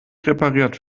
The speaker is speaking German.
repariert